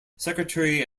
secretary